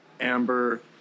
amber